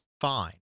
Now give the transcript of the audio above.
fine